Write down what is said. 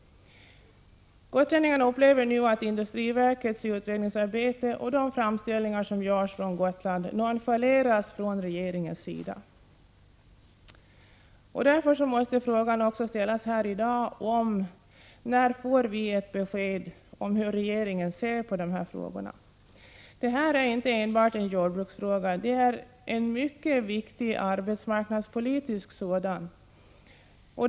Gotlänningarna upplever nu att industriverkets utredningsarbete och de framställningar som görs från Gotland nonchaleras av regeringen. Därför måste frågan ställas också här i dag: När får vi ett besked om hur regeringen ser på dessa frågor? Det här är inte enbart en jordbruksfråga, utan det är också en mycket viktig arbetsmarknadspolitisk fråga.